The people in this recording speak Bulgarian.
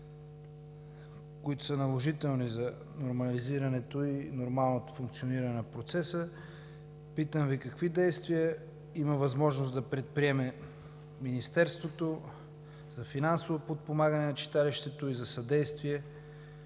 които са наложителни за нормалното функциониране на процеса, Ви питам: какви действия има възможност да предприеме Министерството за финансово подпомагане на читалището и за съдействие